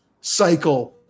cycle